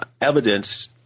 evidence